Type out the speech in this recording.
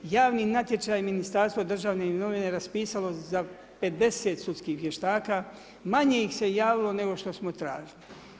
Javni natječaj Ministarstvo državne imovine je raspisalo za 50 sudskih vještaka, manje ih se javilo nego što smo tražili.